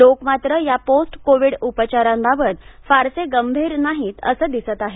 लोक मात्र या पोस्ट कोविड उपचारांबाबत फारसे गंभीर नाहित असं दिसतं आहे